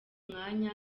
mwanya